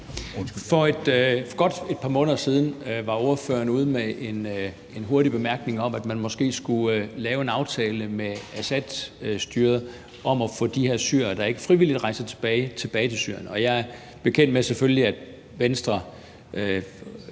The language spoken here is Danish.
godt et par måneder siden var ordføreren ude med en hurtig bemærkning om, at man måske skulle lave en aftale med Assadstyret om at få de her syrere, der ikke rejser frivilligt tilbage, tilbage til Syrien. Og jeg er selvfølgelig bekendt med, at Venstre